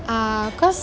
ah cause